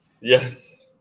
Yes